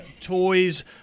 toys